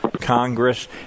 Congress